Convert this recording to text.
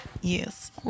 yes